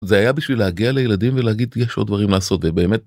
זה היה בשביל להגיע לילדים ולהגיד: "יש עוד דברים לעשות", ובאמת,